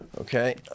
Okay